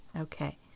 Okay